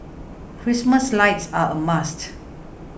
Christmas lights are a must